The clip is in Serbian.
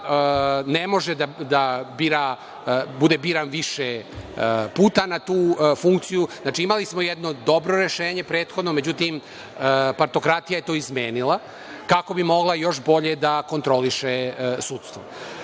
ne može da bude biran više puta na tu funkciju. Znači, imali smo jedno dobro rešenje prethodno, međutim partokratija je to izmenila kako bi mogla još bolje da kontroliše sudstvo. Da